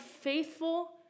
faithful